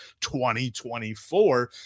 2024